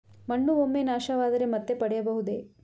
ಮಣ್ಣು ಒಮ್ಮೆ ನಾಶವಾದರೆ ಮತ್ತೆ ಪಡೆಯಬಹುದೇ?